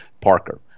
Parker